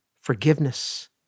forgiveness